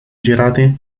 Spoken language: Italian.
girate